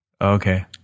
Okay